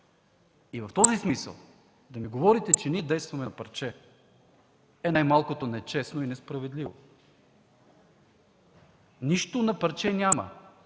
В този смисъл да ми говорите, че ние действаме на парче е най-малкото нечестно и несправедливо. Нищо на парче няма!